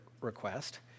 request